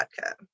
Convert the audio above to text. vodka